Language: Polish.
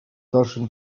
dalszym